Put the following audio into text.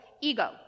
ego